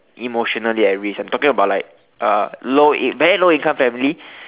emotionally at risk I'm talking about like uh low in~ very low income family